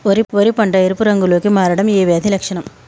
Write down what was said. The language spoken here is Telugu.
వరి పంట ఎరుపు రంగు లో కి మారడం ఏ వ్యాధి లక్షణం?